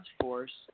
force